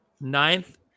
ninth